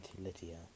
Lydia